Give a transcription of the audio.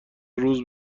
روز